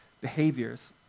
behaviors